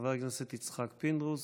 חבר הכנסת יצחק פינדרוס,